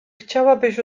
chciałabyś